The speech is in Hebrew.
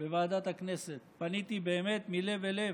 בוועדת הכנסת, פניתי באמת מלב אל לב,